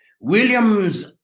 Williams